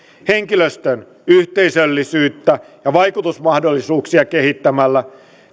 henkilöstön yhteisöllisyyttä ja vaikuttamismahdollisuuksia kehittämällä